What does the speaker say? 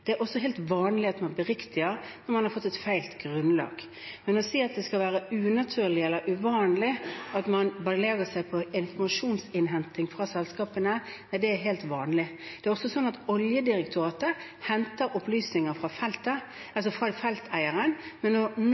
Det er også helt vanlig at man beriktiger når man har fått et feil grunnlag. Det er ikke unaturlig eller uvanlig at man baserer seg på informasjonsinnhenting fra selskapene – ja, det er helt vanlig. Det er også sånn at Oljedirektoratet henter opplysninger fra felteieren. Når departementet gjorde det direkte denne gangen, er det rett og slett for å